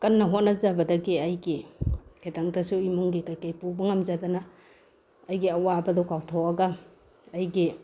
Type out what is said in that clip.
ꯀꯟꯅ ꯍꯣꯠꯅꯖꯕꯗꯒꯤ ꯑꯩꯒꯤ ꯈꯤꯇꯪꯇꯁꯨ ꯏꯃꯨꯡꯒꯤ ꯀꯩ ꯀꯩ ꯄꯨꯕ ꯉꯝꯖꯗꯅ ꯑꯩꯒꯤ ꯑꯋꯥꯕꯗꯣ ꯀꯥꯎꯊꯣꯛꯑꯒ ꯑꯩꯒꯤ